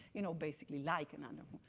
you know? basically like an under